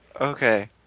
Okay